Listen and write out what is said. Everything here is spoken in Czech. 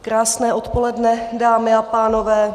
Krásné odpoledne, dámy a pánové.